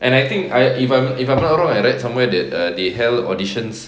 and I think I if I'm if I'm not wrong I read somewhere that uh they held auditions